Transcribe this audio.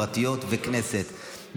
פרטיות וכנסת,